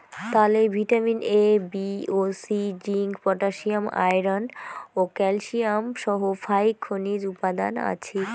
তালে vitamin A, B ও C, zinc, potassium, iron ও ক্যালসিয়াম সহ ফাইক খনিজ উপাদান আছি